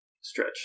stretch